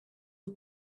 het